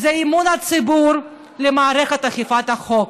זה אמון הציבור במערכת אכיפת החוק.